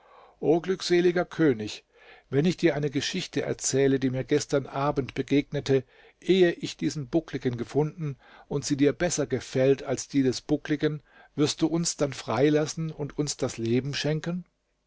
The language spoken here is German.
o glückseliger könig wenn ich dir eine geschichte erzähle die mir gestern abend begegnete ehe ich diesen buckligen gefunden und sie dir besser gefällt als die des buckligen wirst du uns dann freilassen und uns das leben schenken